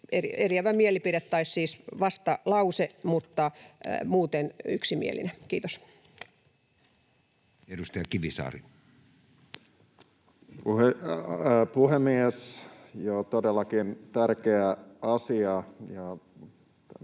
Tässä tehtiin myöskin vastalause, mutta muuten mietintö oli yksimielinen. — Kiitos. Edustaja Kivisaari. Puhemies! Joo, todellakin tärkeä asia,